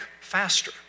faster